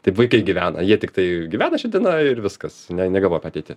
taip vaikai gyvena jie tiktai gyvena šia diena ir viskas ne negalvoja apie ateitį